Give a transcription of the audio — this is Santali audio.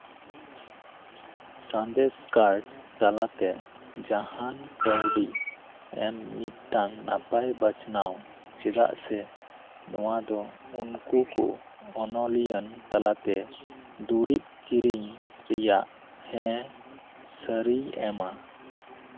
ᱥᱟᱸᱫᱮᱥ ᱠᱟᱨᱰ ᱛᱟᱞᱟᱛᱮ ᱡᱟᱦᱟᱱ ᱠᱟᱹᱣᱰᱤ ᱮᱢ ᱢᱤᱫᱴᱟᱝ ᱱᱟᱯᱟᱭ ᱵᱟᱪᱷᱱᱟᱣ ᱪᱮᱫᱟᱜ ᱥᱮ ᱱᱚᱣᱟ ᱫᱚ ᱩᱱᱠᱩ ᱠᱚ ᱚᱱᱞᱟᱭᱤᱱ ᱛᱟᱞᱟᱛᱮ ᱫᱩᱨᱤᱵᱽ ᱠᱤᱨᱤᱧ ᱨᱮᱭᱟᱜ ᱦᱮᱸ ᱥᱟᱹᱨᱤᱭ ᱮᱢᱟ